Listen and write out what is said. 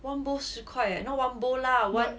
one bowl 十块 eh not one bowl lah one